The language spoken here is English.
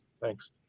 Thanks